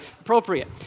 appropriate